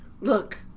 look